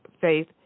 faith